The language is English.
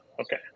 Okay